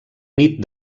nit